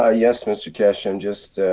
ah yes, mr keshe, i'm just.